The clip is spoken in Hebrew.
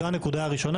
זו הנקודה הראשונה.